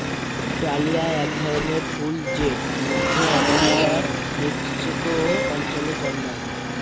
dahlia এক ধরনের ফুল জেট মধ্য আমেরিকার মেক্সিকো অঞ্চলে জন্মায়